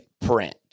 print